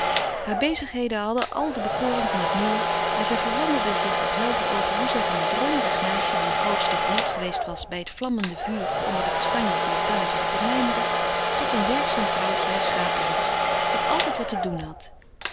haar bezigheden hadden al de bekoring van het nieuwe en zij verwonderde zich er zelve over hoe zij van een droomerig meisje wier grootste genot geweest was bij het vlammende vuur of onder de kastanjes in den tuin te zitten mijmeren tot een werkzaam vrouwtje herschapen was dat altijd wat te doen had